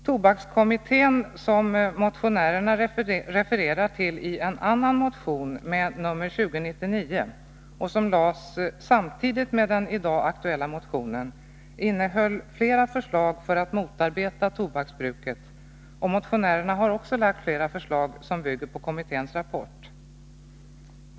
Tobakskommittén, som motionärerna refererar till i en annan motion med nr 2099, som väcktes samtidigt med den i dag aktuella motionen, framlade flera förslag för att motarbeta tobaksbruket, och även motionärerna har framfört flera förslag som bygger på kommitténs rapport.